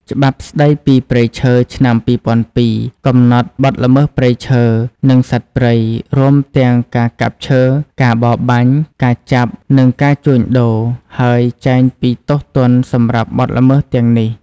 ច្បាប់ស្តីពីព្រៃឈើ ឆ្នាំ ២០០២ កំណត់បទល្មើសព្រៃឈើ និងសត្វព្រៃ រួមទាំងការកាប់ឈើ ការបរបាញ់ ការចាប់ និងការជួញដូរ ហើយចែងពីទោសទណ្ឌសម្រាប់បទល្មើសទាំងនេះ។